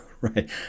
Right